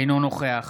אינו נוכח